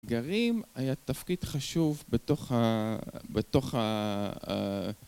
אתגרים היה תפקיד חשוב בתוך ה...